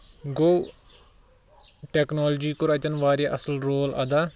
گوٚو ٹیٚکنالجی کوٚر اَتیٚن واریاہ اَصٕل رول اَدا